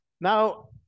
Now